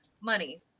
Money